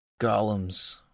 Golems